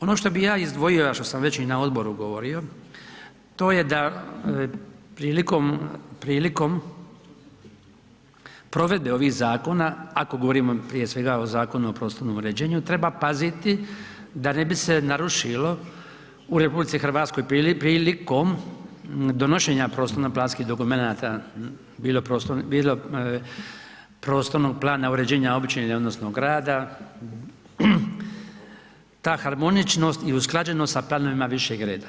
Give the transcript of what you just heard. Ovo što bi ja izdvojio, a što sam već i na odboru govorio to je da prilikom, prilikom provedbe ovih zakona ako govorimo prije svega o Zakonu o prostornom uređenju treba paziti da ne bi se narušilo u RH prilikom donošenja prostorno-planskih dokumenata bilo prostornog plana uređenja općine odnosno grada, ta harmoničnost i usklađenost sa planovima višeg reda.